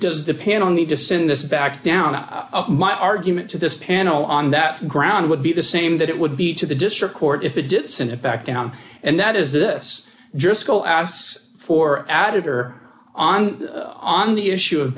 does depend on need to send this back down my argument to this panel on that ground would be the same that it would be to the district court if it did send it back down and that is this just go ask for added or on on the issue of